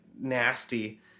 nasty